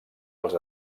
els